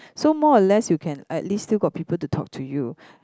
so more or less you can at least still got people to talk to you